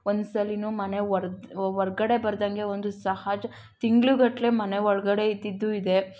ಒಂದು ಸಲನೂ ಮನೆ ಹೊರ್ಗಡೆ ಬರ್ದಂಗೆ ಒಂದು ಸಹಜ ತಿಂಗ್ಳ್ಗಟ್ಟಲೆ ಮನೆ ಒಳಗಡೆ ಇದ್ದಿದ್ದೂ ಇದೆ